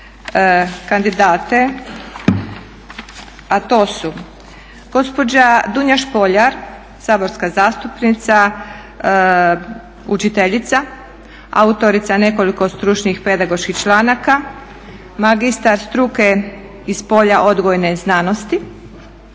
kandidate, a to su: gospođa Dunja Špoljar, saborska zastupnica, učiteljica, autorica nekoliko stručnih pedagoških članaka, magistar struke iz polja odgojne znanosti.